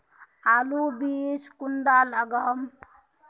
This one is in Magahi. आलूर बीज कुंडा लगाम?